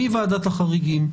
מי ועדת החריגים,